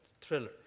Thriller